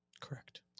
Correct